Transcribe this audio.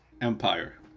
empire